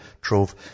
trove